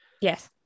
Yes